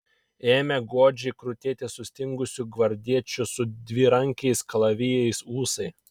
ėmė godžiai krutėti sustingusių gvardiečių su dvirankiais kalavijais ūsai